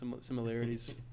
similarities